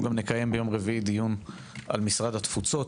אנחנו גם נקיים ביום רביעי דיון על משרד התפוצות,